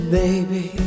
baby